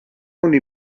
only